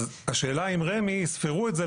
אז השאלה אם רמ"י יספרו את זה,